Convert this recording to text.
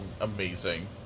amazing